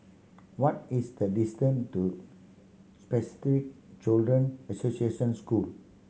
what is the distance to Spastic Children Association School